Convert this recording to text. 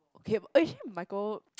okay actually my goal